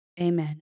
amen